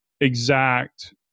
exact